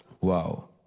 Wow